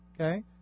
okay